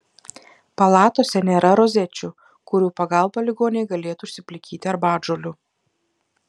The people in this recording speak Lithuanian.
palatose nėra rozečių kurių pagalba ligoniai galėtų užsiplikyti arbatžolių